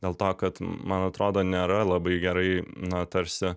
dėl to kad man atrodo nėra labai gerai na tarsi